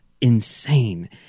insane